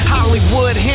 Hollywood